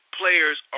players